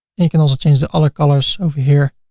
and you can also change the other colors over here.